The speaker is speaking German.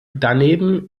daneben